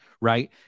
right